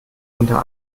unter